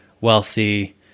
wealthy